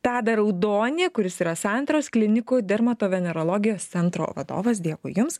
tadą raudonį kuris yra santaros klinikų dermatovenerologijos centro vadovas dėkui jums